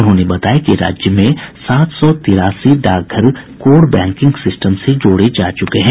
उन्होंने बताया कि राज्य में सात सौ तेरासी डाकघर कोर बैकिंग सिस्टम से जोड़े जा चुके हैं